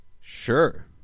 Sure